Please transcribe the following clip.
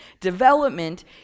Development